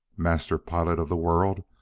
master-pilot of the world,